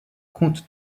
compte